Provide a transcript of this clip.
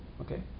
Okay